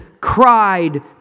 cried